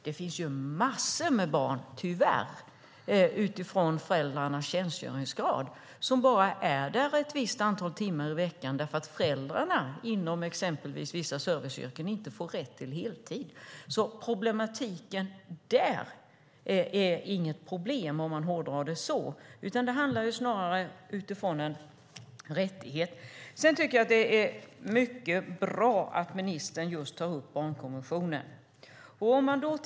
Det finns tyvärr massor med barn som bara är i barnomsorgen ett visst antal timmar i veckan därför att föräldrarna inom till exempel vissa serviceyrken inte får rätt till heltid. Här handlar det om rättigheter. Sedan tycker jag att det är mycket bra att ministern tar upp barnkonventionen.